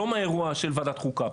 לא מאירועי ועדת חוקה,